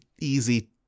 easy